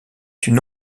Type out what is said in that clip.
une